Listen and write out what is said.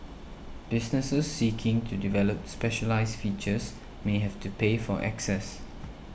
businesses seeking to develop specialised features may have to pay for access